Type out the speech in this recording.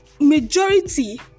majority